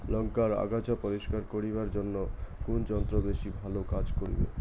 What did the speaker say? লংকার আগাছা পরিস্কার করিবার জইন্যে কুন যন্ত্র বেশি ভালো কাজ করিবে?